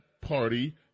Party